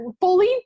fully